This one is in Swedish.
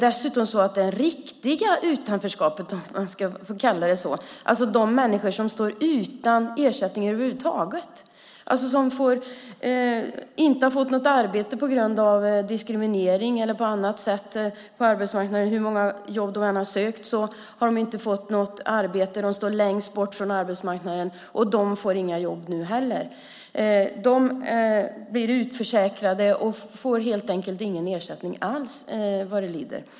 Det riktiga utanförskapet har ökat. Det vill säga de människor som står utan ersättning över huvud taget, de som kanske inte har fått något arbete på grund av diskriminering hur många jobb de än har sökt och som står längst bort från arbetsmarknaden. De får inga jobb nu heller. De blir utförsäkrade och får ingen ersättning alls, vad det lider.